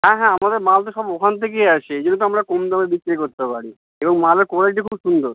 হ্যাঁ হ্যাঁ আমাদের মাল তো সব ওখান থেকেই আসে এই জন্য তো আমরা কম দামে বিক্রি করতে পারি এবং মালের কোয়ালিটি খুব সুন্দর